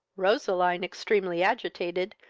roseline, extremely agitated,